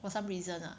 for some reason